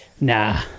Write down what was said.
Nah